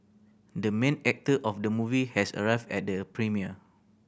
the main actor of the movie has arrived at the premiere